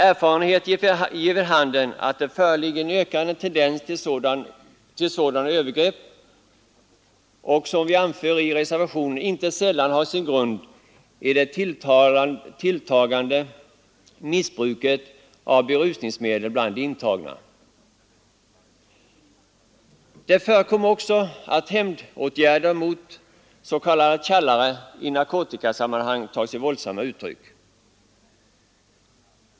Erfarenheten ger vid handen att det föreligger en ökande tendens till sådana övergrepp vilka, som vi anför i reservationen, inte sällan har sin grund i det tilltagande missbruket av berusningsmedel bland de intagna. Det förekommer också att hämndåtgärder mot s.k. tjallare i narkotikasammanhang tar sig våldsamma uttryck.